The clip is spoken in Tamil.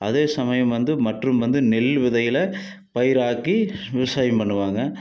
அதே சமயம் வந்து மற்றும் வந்து நெல் விதைகளை பயிர் ஆக்கி விவசாயம் பண்ணுவாங்க